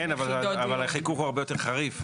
כן, אבל החיכוך הוא הרבה יותר חריף.